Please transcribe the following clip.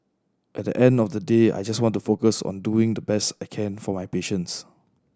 at the end of the day I just want to focus on doing the best I can for my patients